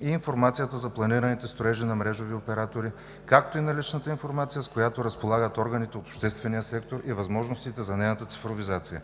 и информацията за планираните строежи на мрежови оператори, както и наличната информация, с която разполагат органите от обществения сектор, и възможностите за нейната цифровизация.